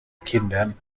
kindern